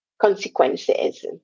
consequences